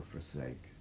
forsake